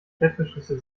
klettverschlüsse